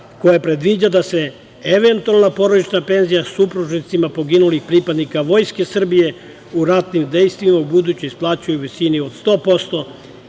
koji predviđa da se eventualna porodična penzija supružnicima poginulih pripadnika Vojske Srbije u ratnim dejstvima ubuduće isplaćuje u visini od 100%